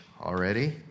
already